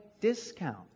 discount